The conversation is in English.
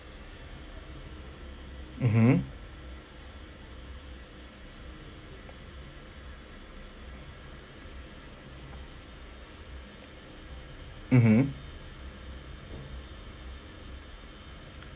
mmhmm mmhmm